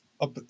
up